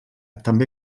també